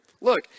Look